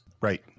Right